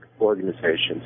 organizations